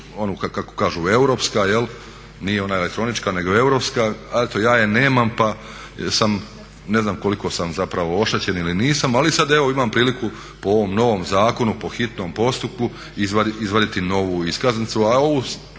onu kako kažu europska, nije ona elektronička nego europska, eto ja je nemam pa ne znam koliko sam zapravo oštećen ili nisam, ali sad evo imam priliku po ovom novom zakonu po hitnom postupku izvaditi novu iskaznicu, a ovu